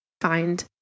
find